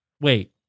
Wait